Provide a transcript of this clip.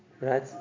Right